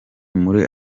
muri